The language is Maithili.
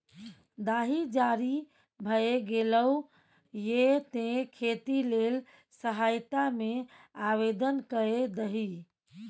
दाही जारी भए गेलौ ये तें खेती लेल सहायता मे आवदेन कए दही